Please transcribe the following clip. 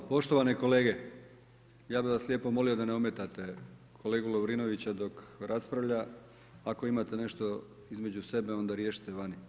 Poštovane kolege, ja bi vas lijepo molio da ne ometate kolegu Lovrinovića dok raspravlja, ako imate nešto između sebe, onda riješite vani.